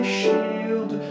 shield